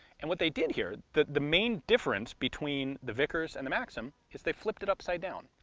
and what they did here, the the main difference between the vickers and the maxim is they flipped it upside down.